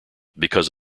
because